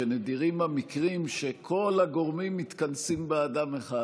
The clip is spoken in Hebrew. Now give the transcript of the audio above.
שנדירים המקרים שכל הגורמים מתכנסים באדם אחד,